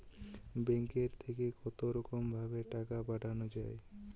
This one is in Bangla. ব্যাঙ্কের থেকে কতরকম ভাবে টাকা পাঠানো য়ায়?